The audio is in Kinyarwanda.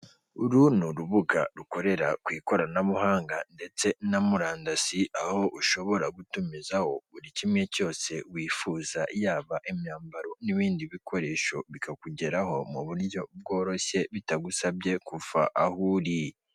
Uru ni urubuga rukorera ku ikoranabuhanga ndetse na murandasi aho ushobora gutumizaho buri kimwe cyose wifuza yaba imyambaro n'ibindi bikoresho bikakugeraho mu buryo bworoshye bitagusabye kuva aho uri.